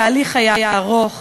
התהליך היה ארוך,